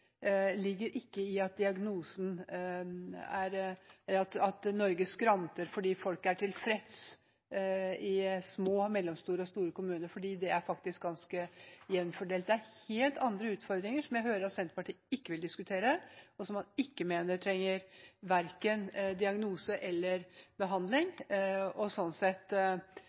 at Norge skranter fordi folk er mer eller mindre tilfreds i små, mellomstore og store kommuner – tilfredsheten er faktisk ganske jevnt fordelt. Det er helt andre utfordringer, som jeg hører at Senterpartiet ikke vil diskutere, og som man mener trenger verken diagnose eller behandling.